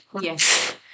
Yes